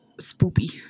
spoopy